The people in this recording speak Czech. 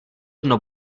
dno